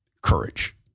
courage